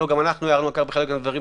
גם אנחנו הערנו על כך בחלק מהדברים.